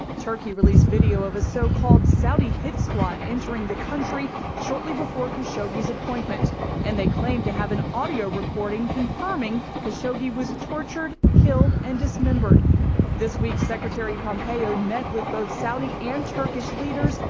turkey released video of a so-called saudi hit squad entering the country shortly before could show his appointment and they claim to have an audio recording confirming to show he was tortured killed and dismembered this week secretary pompeo met with both saudi and turkish leaders,